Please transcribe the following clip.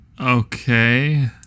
Okay